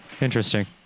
Interesting